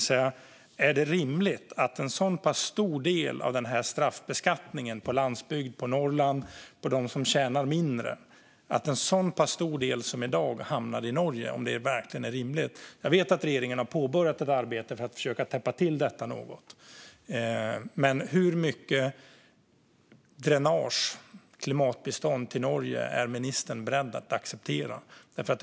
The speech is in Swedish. Är det rimligt att en så pass stor del av denna straffbeskattning på landsbygd, på Norrland och på dem som tjänar mindre hamnar i Norge? Jag vet att regeringen har påbörjat ett arbete för att försöka täppa till detta något, men hur mycket dränage i form av klimatbistånd till Norge är ministern beredd att acceptera?